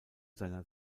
seiner